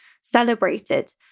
celebrated